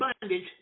bondage